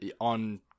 on